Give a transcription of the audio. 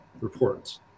reports